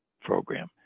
Program